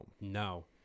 No